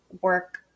work